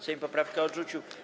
Sejm poprawkę odrzucił.